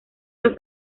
los